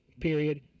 period